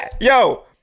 Yo